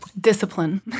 Discipline